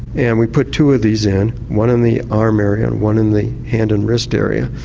and we put two of these in, one in the arm area and one in the hand and wrist area,